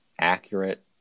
accurate